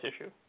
issue